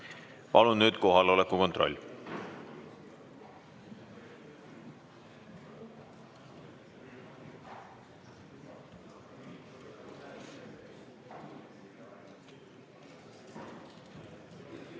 Palun nüüd kohaloleku kontroll!